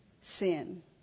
sin